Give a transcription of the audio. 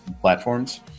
platforms